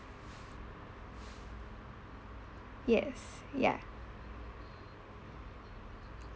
yes ya